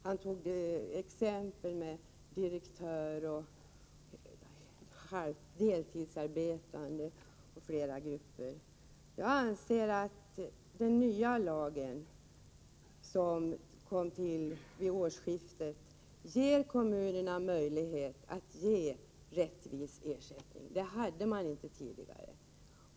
Han tog exempel med ersättning till direktörer, deltidsarbetande m.fl. grupper. Jag anser att den nya lagen, som trädde i kraft vid årsskiftet, ger kommunerna möjlighet att betala en rättvis ersättning. Den rätten hade de inte tidigare.